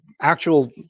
actual